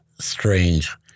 strange